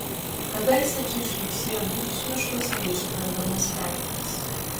kadaise čia žliugsėjo milžiniškos neišbrendamos pelkės